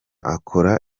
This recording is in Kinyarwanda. akora